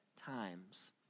times